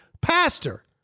pastor